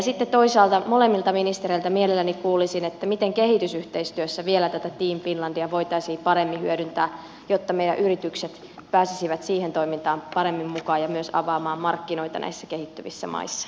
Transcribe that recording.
sitten toisaalta molemmilta ministereiltä mielelläni kuulisin miten kehitysyhteistyössä vielä tätä team finlandia voitaisiin paremmin hyödyntää jotta meidän yritykset pääsisivät siihen toimintaan paremmin mukaan ja myös avaamaan markkinoita näissä kehittyvissä maissa